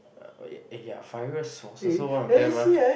uh eh yeah virus was also one of them ah